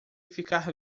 ficar